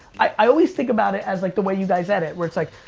i always think about it as like the way you guys edit. where it's, like